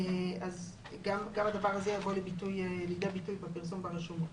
גם הדבר הזה יבוא לידי ביטוי בפרסום ברשומות.